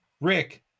Rick